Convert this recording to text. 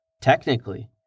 Technically